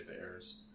errors